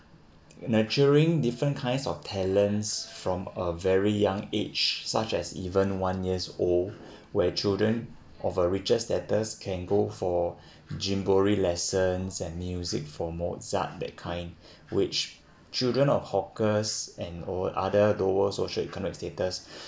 nurturing different kinds of talents from a very young age such as even one years old where children of a richer status can go for Gymboree lessons and music for mozart that kind which children of hawkers and or other lower social economic status